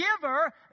giver